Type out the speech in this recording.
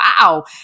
Wow